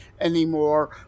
anymore